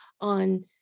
on